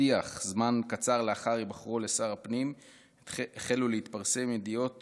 זמן קצר לאחר היבחרו לשר הפנים החלו להתפרסם ידיעות